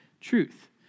truth